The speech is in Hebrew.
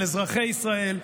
של אזרחי ישראל,